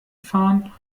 fahren